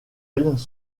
elles